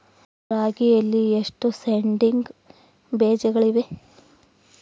ರಾಗಿಯಲ್ಲಿ ಎಷ್ಟು ಸೇಡಿಂಗ್ ಬೇಜಗಳಿವೆ?